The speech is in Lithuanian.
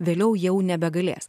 vėliau jau nebegalės